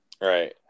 Right